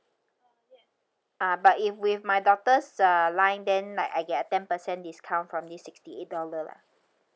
ah but if with my daughter's uh line then like I get a ten percent discount from this sixty eight dollar lah